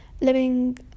living